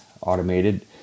automated